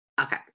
Okay